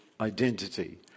identity